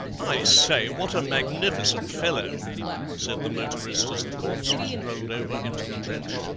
i say, what a magnificent fellow said the motorist as the corpse was rolled over into the trench.